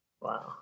Wow